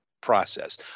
process